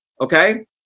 okay